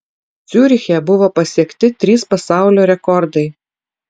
ciuriche buvo pasiekti trys pasaulio rekordai